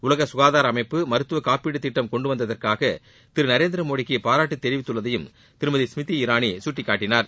உலக ககாதார அமைப்பு மருத்துவ காப்பீடு திட்டம் கொண்டுவந்ததற்காக திரு நரேந்திர மோடிக்கு பாராட்டு தெரிவித்துள்ளதையும் திருமதி ஸ்மிருதி இராணி கட்டிகாட்டினார்